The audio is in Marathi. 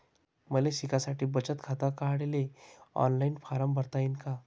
मले शिकासाठी बचत खात काढाले ऑनलाईन फारम भरता येईन का?